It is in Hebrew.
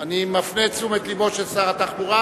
אני מפנה את תשומת לבו של שר התחבורה